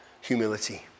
humility